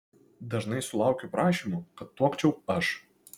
dažnai sulaukiu prašymų kad tuokčiau aš